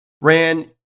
ran